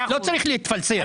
לא צריך להתפלסף.